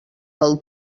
del